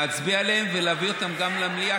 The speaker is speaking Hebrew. להצביע עליהם ולהביא אותם גם למליאה